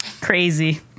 crazy